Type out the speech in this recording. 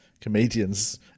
comedians